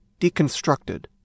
deconstructed